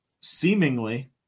seemingly